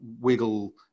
wiggle